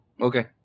Okay